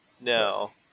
No